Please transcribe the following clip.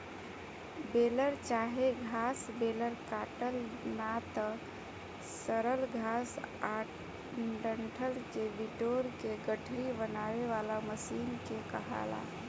baler चाहे घास baler काटल ना त सड़ल घास आ डंठल के बिटोर के गठरी बनावे वाला मशीन के कहाला